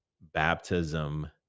baptism